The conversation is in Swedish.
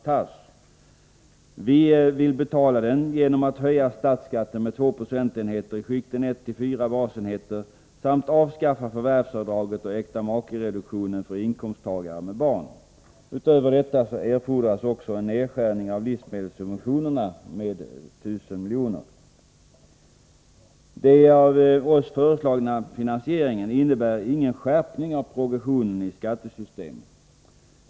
Vi vill betala reformen genom att höja statsskatten med 2 procentenheter i skikten 1-4 basenheter samt avskaffa förvärvsavdraget och äktamakereduktionen för inkomsttagare med barn. Utöver detta erfordras också en nedskärning av livsmedelssubventionrna med 1000 miljoner. Den av oss föreslagna finansieringen innebär ingen skärpning av progressionen i skattesystemet.